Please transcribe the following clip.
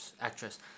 actress